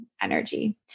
energy